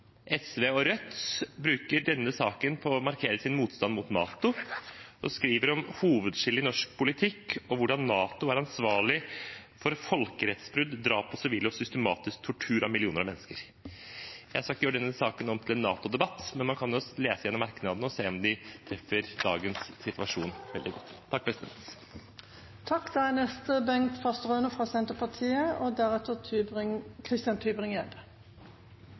SV og Rødt bruker denne saken til å markere sin motstand mot NATO, når de skriver om hovedskillet i norsk politikk og om hvordan NATO er ansvarlig for folkerettsbrudd, drap på sivile og systematisk tortur av millioner av mennesker. Jeg skal ikke gjøre denne saken om til en NATO-debatt, men man kan jo lese igjennom merknadene og se om de treffer dagens situasjon veldig godt. Jeg vil, som representanten Elvenes, også gratulere de norske representantene i Beijing med en historisk innsats og